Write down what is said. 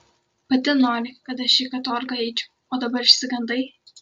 pati nori kad aš į katorgą eičiau o dabar išsigandai